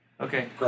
Okay